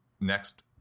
next